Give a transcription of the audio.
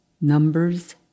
Numbers